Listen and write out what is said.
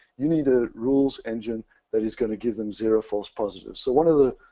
you need a rules engine that is going to give them zero false positives. so one of the